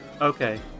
Okay